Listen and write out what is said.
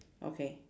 okay